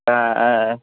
ஆ ஆ